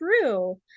true